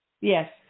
Yes